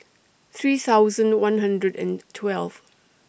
three thousand one hundred and twelve